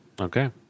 Okay